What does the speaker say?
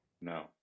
No